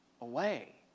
away